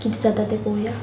कितें जाता तें पळोवया